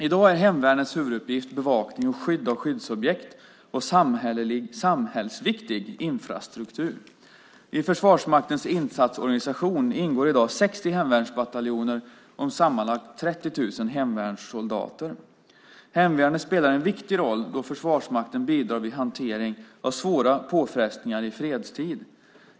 I dag är hemvärnets huvuduppgift bevakning och skydd av skyddsobjekt och samhällsviktig infrastruktur. I Försvarsmaktens insatsorganisation ingår i dag 60 hemvärnsbataljoner om sammanlagt ca 30 000 hemvärnssoldater. Hemvärnet spelar en viktig roll då Försvarsmakten bidrar vid hantering av svåra påfrestningar i fredstid.